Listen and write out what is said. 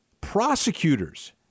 prosecutors